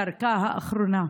בדרכה האחרונה.